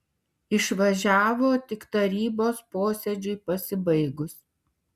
išvažiavo tik tarybos posėdžiui pasibaigus